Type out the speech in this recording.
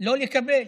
לא לקבל.